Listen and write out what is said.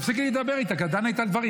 ותפסיקי לדבר איתה, כי את דנה איתה על דברים.